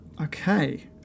Okay